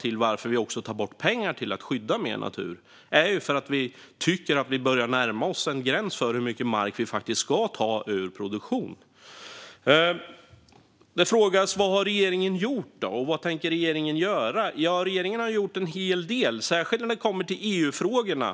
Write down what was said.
Anledningen till att vi tar bort pengar för att skydda mer natur är att vi tycker att gränsen för hur mycket mark som ska tas ur produktion börjar närma sig. Vad har då regeringen gjort, och vad tänker regeringen göra? Regeringen har gjort en hel del, särskilt när det gäller EU-frågorna.